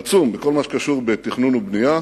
עצום, בכל מה שקשור לתכנון ובנייה,